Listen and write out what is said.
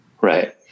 right